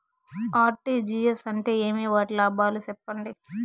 RTGS అంటే ఏమి? వాటి లాభాలు సెప్పండి?